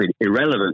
irrelevant